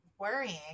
Worrying